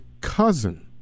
cousin